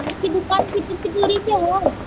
आपकी दुकान कितनी दूरी पर है